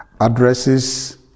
addresses